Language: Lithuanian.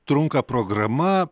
trunka programa